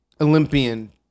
Olympian